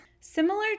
similar